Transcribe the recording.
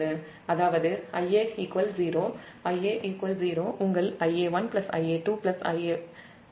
அதாவது Ia 0 உங்கள் Ia1 Ia2 Ia0 0 ஐ குறிக்கிறது